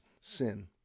sin